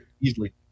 Easily